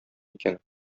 икән